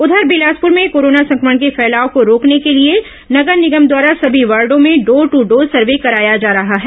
उधर बिलासपुर में कोरोना संक्रमण के फैलाव को रोकने के लिए नगर निगम द्वारा सभी वार्डो में डोर टू डोर सर्वे कराया जा रहा है